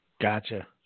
Gotcha